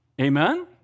Amen